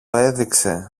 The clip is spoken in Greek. έδειξε